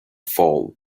fall